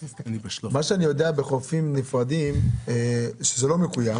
אני יודע שבחופים נפרדים זה לא מקוים.